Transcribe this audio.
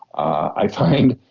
i find,